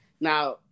Now